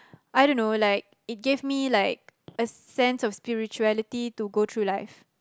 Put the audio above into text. I don't know like it gave me like a sense of spirituality to go through life